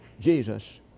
Jesus